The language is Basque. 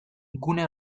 gune